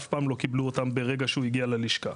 אף פעם לא קיבלו אותם ברגע שהוא הגיע ללשכה.